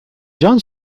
done